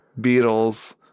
Beatles